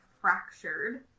fractured